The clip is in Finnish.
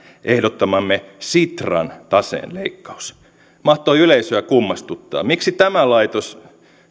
ehdottamamme sitran taseen leikkaus mahtoi yleisöä kummastuttaa miksi tämä laitos